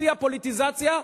שיא הפוליטיזציה,